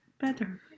better